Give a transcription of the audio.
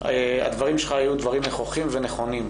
הדברים שלך היו דברים נכוחים ונכונים.